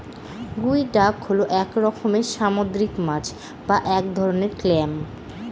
গুই ডাক হল এক রকমের সামুদ্রিক মাছ বা এক ধরনের ক্ল্যাম